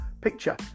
picture